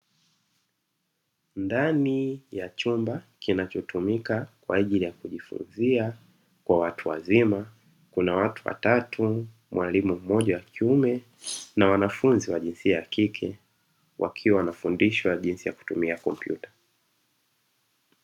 Ndani ya chumba kinachotumika kwa ajili ya kujifunzia kwa watu wazima, kuna watu watatu; mwalimu mmoja wa kiume na wanafunzi wa jinsia ya kike, wakiwa wanafundishwa jinsi ya kutumia kompyuta.